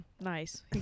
Nice